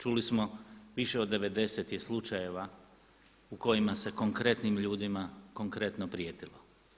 Čuli smo više od 90 je slučajeva u kojima se konkretnim ljudima konkretno prijetilo.